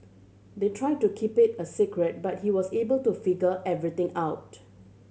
they tried to keep it a secret but he was able to figure everything out